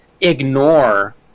ignore